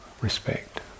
respect